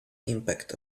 impact